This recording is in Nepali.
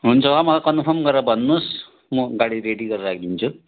हुन्छ मलाई कन्फर्म गरेर भन्नुहोस् म गाडी रेडी गरेर राखिदिन्छु